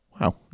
wow